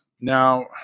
Now